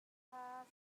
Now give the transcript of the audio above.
kha